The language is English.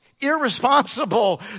irresponsible